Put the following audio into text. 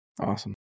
awesome